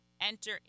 Enter